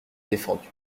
défendu